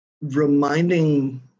reminding